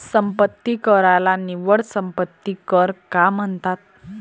संपत्ती कराला निव्वळ संपत्ती कर का म्हणतात?